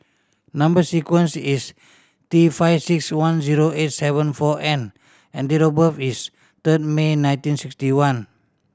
number sequence is T five six one zero eight seven four N and date of birth is third May nineteen sixty one